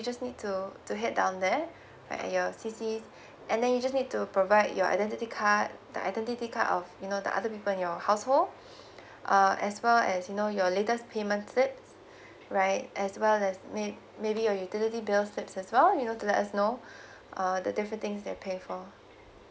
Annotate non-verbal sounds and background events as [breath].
just need to to head down there right at your C_C and then you just need to provide your identity card the identity card of you know the other people in your household [breath] uh as well as you know your latest payment slips right as well as may~ maybe your utility bills slips as well you know to let us know [breath] uh the different things that you pay for